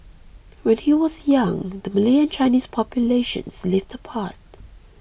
when he was young the Malay and Chinese populations lived apart